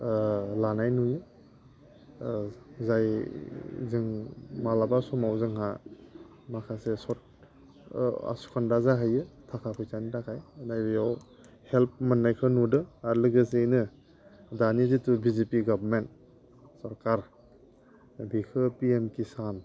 लानाय नुयो जाय जों माब्लाबा समाव जोंहा माखासे आस'खान्दा जाहैयो थाखा फैसानि थाखाय नाथाय बेयाव हेल्प मोननायखौ नुदों आरो लोगोसेयैनो दानि जिथु बि जे पि गभरमेन्ट सोरखार बैखौ पि एम किसान